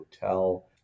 hotel